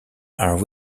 are